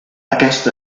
aquest